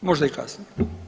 Možda i kasnije.